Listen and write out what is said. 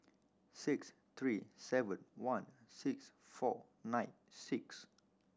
six three seven one six four nine six